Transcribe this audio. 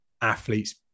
athletes